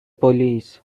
police